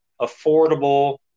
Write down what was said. affordable